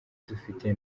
dufite